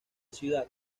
ciudad